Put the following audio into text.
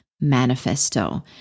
manifesto